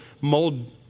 mold